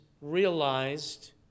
realized